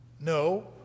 No